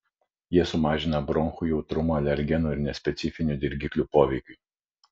jie sumažina bronchų jautrumą alergenų ir nespecifinių dirgiklių poveikiui